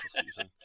season